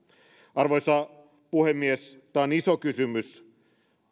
arvoisa puhemies tämä on iso kysymys niiden